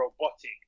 robotic